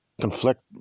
conflict